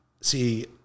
see